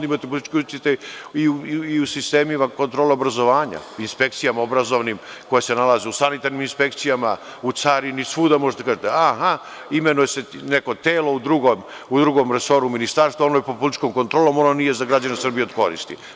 Imate politički uticaj i u sistemima kontrole obrazovanja, inspekcijama obrazovnim, u sanitarnim inspekcijama, carinama, svuda možete reći – imenuje se neko telo u drugom resoru ministarstva, ono je pod političkom kontrolom ono nije za građane Srbije od koristi.